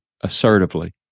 assertively